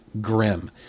grim